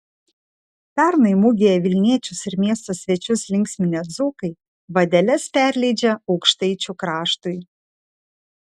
pernai mugėje vilniečius ir miesto svečius linksminę dzūkai vadeles perleidžia aukštaičių kraštui